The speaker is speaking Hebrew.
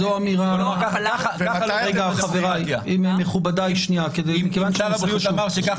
נמצאות כאן